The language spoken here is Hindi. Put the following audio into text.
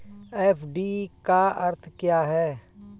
एफ.डी का अर्थ क्या है?